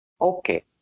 Okay